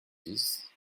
dix